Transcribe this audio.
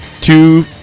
Two